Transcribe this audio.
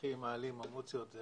המשמעות של